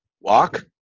Walk